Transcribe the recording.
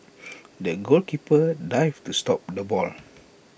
the goalkeeper dived to stop the ball